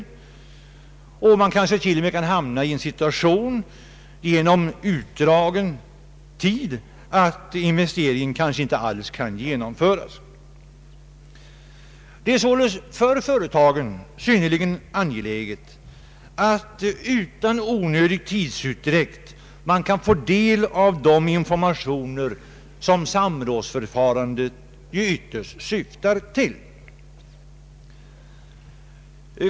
Genom tidsutdräkt kanske man t.o.m. hamnar i en sådan situation att investeringen inte alls kan genomföras. Det är således för företagen synnerligen angeläget att utan onödig tidsutdräkt kunna få del av de informationer som samrådsförfarandet ytterst syftar till.